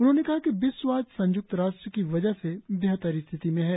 उन्होंने कहा कि विश्व आज संय्क्त राष्ट्र की वजह से बेहतर स्थिति में हैं